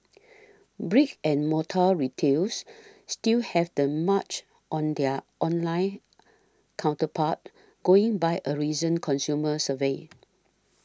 brick and mortar retailers still have the march on their online counterparts going by a recent consumer survey